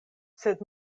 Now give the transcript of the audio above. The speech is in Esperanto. sed